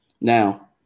Now